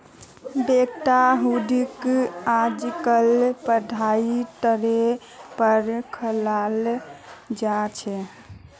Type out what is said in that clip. बैंकत हुंडीक आजकल पढ़ाई तौर पर रखाल जा छे